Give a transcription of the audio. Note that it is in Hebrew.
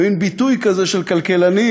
זה מין ביטוי כזה של כלכלנים,